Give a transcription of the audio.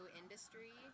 industry